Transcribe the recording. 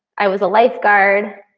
i was a lifeguard.